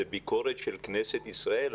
זאת ביקורת של כנסת ישראל.